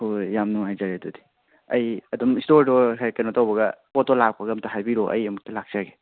ꯍꯣꯏ ꯍꯣꯏ ꯌꯥꯝ ꯅꯨꯡꯉꯥꯏꯖꯔꯦ ꯑꯗꯨꯗꯤ ꯑꯩ ꯑꯗꯨꯝ ꯏꯁꯇꯣꯔꯗꯣ ꯍꯦꯛ ꯀꯩꯅꯣ ꯇꯧꯕꯒ ꯄꯣꯠꯇꯣ ꯂꯥꯛꯄꯒ ꯑꯝꯇ ꯍꯥꯏꯕꯤꯔꯛꯑꯣ ꯑꯩ ꯑꯝꯇ ꯂꯥꯛꯆꯒꯦ